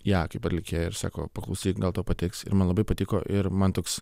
ją kaip atlikėją ir sako paklausyk gal tau patiks ir man labai patiko ir man toks